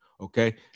Okay